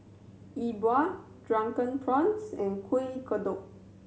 E Bua Drunken Prawns and Kuih Kodok